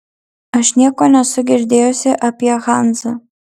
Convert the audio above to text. aš nieko nesu girdėjusi apie hanzą